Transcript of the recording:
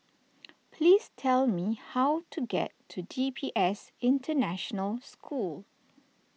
please tell me how to get to D P S International School